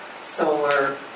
solar